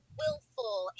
willful